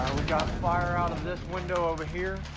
got fire out of this window over here.